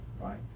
right